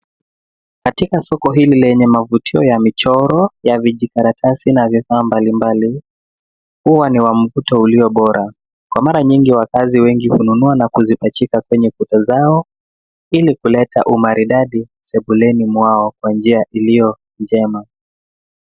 Soko hili lenye mavutio ya michoro ya vijikaratasi na vifaa mbalimbali, ua ni wa mvuto uliobora. Kwa mara nyingi wakaazi wengi hununua na kuzipachika kwenye kuta zao ili kuleta umaridadi sebuleni mwao kwa njia iliyo njema.